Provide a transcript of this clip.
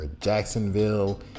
Jacksonville